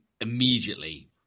immediately